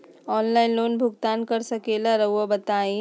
Online loan भुगतान कर सकेला राउआ बताई?